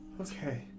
okay